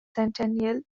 centennial